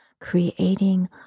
creating